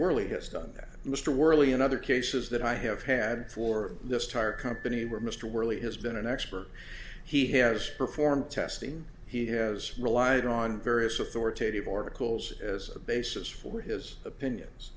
worley has done that mr worley in other cases that i have had four or this tire company where mr worley has been an expert he has performed testing he has relied on various authoritative articles as a basis for his opinions